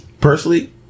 personally